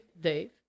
Dave